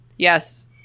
Yes